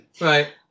Right